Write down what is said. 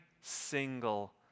single